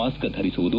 mask ಧರಿಸುವುದು